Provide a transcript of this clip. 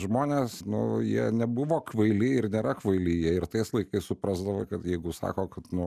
žmonės nu jie nebuvo kvaili ir nėra kvaili jie ir tais laikais suprasdavo kad jeigu sako kad nu